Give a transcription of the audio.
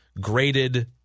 graded